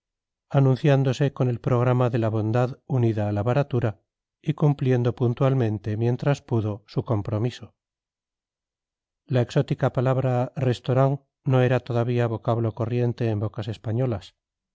anunciándose con el programa de la bondad unida a la baratura y cumpliendo puntualmente mientras pudo su compromiso la exótica palabra restaurant no era todavía vocablo corriente en bocas españolas